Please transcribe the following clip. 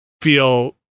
feel